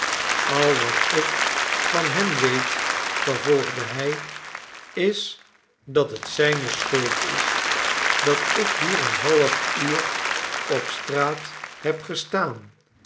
al wat ik van hem weet vervolgde hij is dat het zijne schuld is dat ik hier een half uur op straat heb gestaan